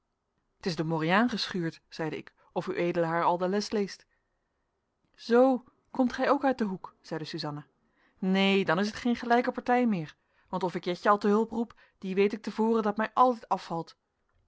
t is den moriaan geschuurd zeide ik of ued haar al de les leest zoo komt gij ook uit den hoek zeide suzanna neen dan is het geen gelijke partij meer want of ik jetje al te hulp roep die weet ik te voren dat mij altijd afvalt